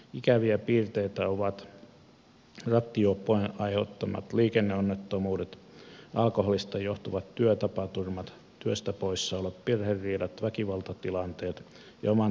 ikäviä piirteitä ovat rattijuoppojen aiheuttamat liikenneonnettomuudet alkoholista johtuvat työtapaturmat työstä poissaolot perheriidat väkivaltatilanteet ja oman terveyden riskeeraaminen